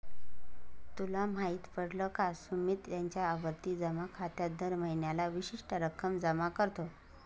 तुला माहित पडल का? सुमित त्याच्या आवर्ती जमा खात्यात दर महीन्याला विशिष्ट रक्कम जमा करतो